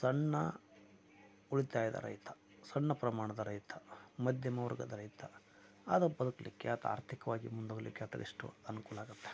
ಸಣ್ಣ ಉಳಿತಾಯದ ರೈತ ಸಣ್ಣ ಪ್ರಮಾಣದ ರೈತ ಮಧ್ಯಮ ವರ್ಗದ ರೈತ ಆತ ಬದುಕಲಿಕ್ಕೆ ಆತ ಆರ್ಥಿಕವಾಗಿ ಮುಂದೆ ಹೋಗ್ಲಿಕ್ಕೆ ಆತಗೆ ಎಷ್ಟೊ ಅನುಕೂಲ ಆಗತ್ತೆ